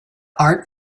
art